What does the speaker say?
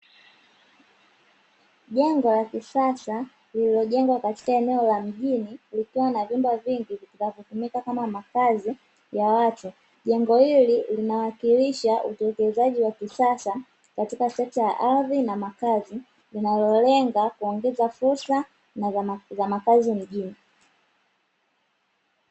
Jengo la kisasa lililojengwa katika eneo la mjini likiwa na vyumba vingi vitakavyotumika kama makazi ya watu, jengo hili linawakilisha uwekezaji wa kisasa katika sekta ya ardhi na makazi, inayolenga kuongeza fursa za makazi mjini.